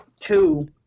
Two